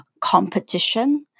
competition